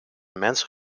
mensen